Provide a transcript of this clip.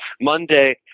Monday